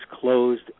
closed